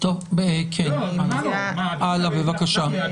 תמשיכי בבקשה.